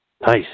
Nice